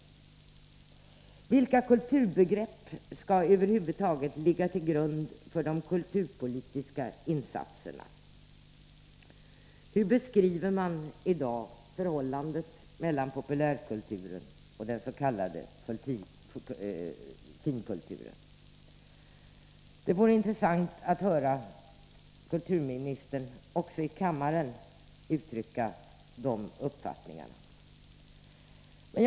Vilka kulturbegrepp skall över huvud taget ligga till grund för de kulturpolitiska insatserna? Hur beskriver man i dag förhållandet mellan populärkulturen och den s.k. finkulturen? Det vore intressant att höra kulturministern också i kammaren uttrycka uppfattningar i det avseendet.